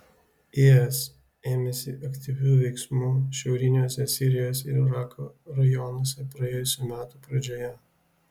is ėmėsi aktyvių veiksmų šiauriniuose sirijos ir irako rajonuose praėjusių metų pradžioje